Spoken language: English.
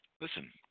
listen